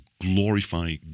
glorify